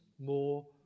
more